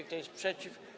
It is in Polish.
Kto jest przeciw?